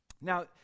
Now